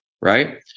right